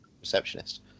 receptionist